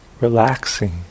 Relaxing